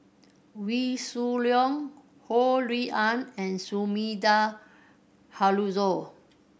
Wee Shoo Leong Ho Rui An and Sumida Haruzo